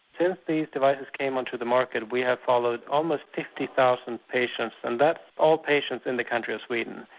since these devices came onto the market we have followed almost fifty thousand patients and that's all patients in the country of sweden.